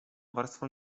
warstwą